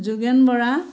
Jogen Bora